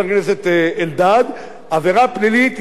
יש הזכות למדינת ישראל,